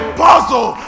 puzzle